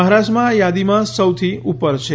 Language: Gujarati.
મહારાષ્ટ્રમાં આ યાદીમાં સૌથી ઉપર છે